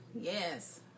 yes